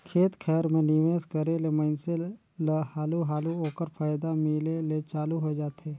खेत खाएर में निवेस करे ले मइनसे ल हालु हालु ओकर फयदा मिले ले चालू होए जाथे